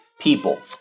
people